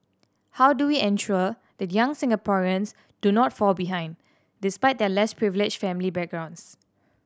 how do we ensure that young Singaporeans do not fall behind despite their less privileged family backgrounds